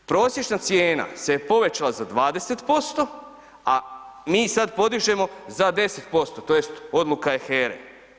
Prosječna cijena se povećala za 20%, a mi sad podižemo za 10% tj. odluka je HERE.